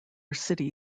city